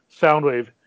Soundwave